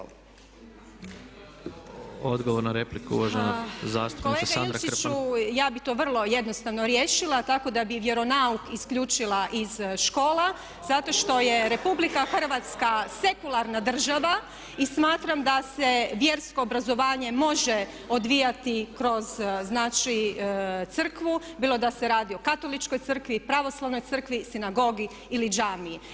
Kolega Ilčiću, ja bi to vrlo jednostavno riješila tako da bi vjeronauk isključila iz škola zato što je RH sekularna država i smatram da se vjersko obrazovanje može odvijati kroz znači Crkvu bilo da se radi o Katoličkoj crkvi, Pravoslavnoj crkvi, Sinagogi ili Džamiji.